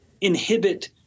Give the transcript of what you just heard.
inhibit